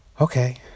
okay